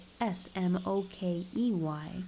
S-M-O-K-E-Y